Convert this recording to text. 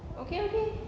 okay okay